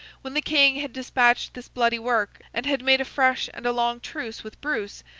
when the king had despatched this bloody work, and had made a fresh and a long truce with bruce,